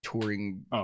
touring